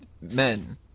men